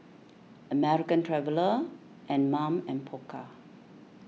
American Traveller Anmum and Pokka